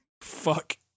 Fuck